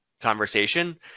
conversation